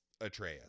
Atreus